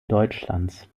deutschlands